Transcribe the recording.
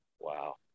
Wow